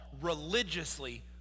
religiously